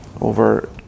over